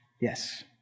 Yes